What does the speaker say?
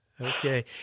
Okay